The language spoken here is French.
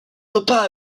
repas